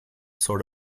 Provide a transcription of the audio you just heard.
sort